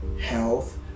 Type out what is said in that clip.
health